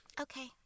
Okay